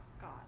God